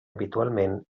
habitualment